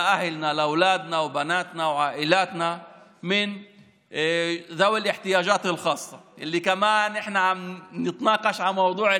(אומר דברים בשפה הערבית, להלן תרגומם: